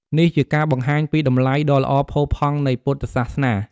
ព្រះសង្ឃដើរតួនាទីជាអ្នកដឹកនាំខាងផ្នែកស្មារតី និងជាអ្នកបង្ហាញផ្លូវក្នុងការអនុវត្តធម៌។